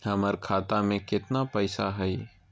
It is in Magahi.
हमर खाता मे केतना पैसा हई?